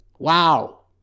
wow